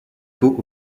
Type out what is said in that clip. tôt